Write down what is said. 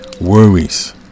worries